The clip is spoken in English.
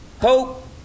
hope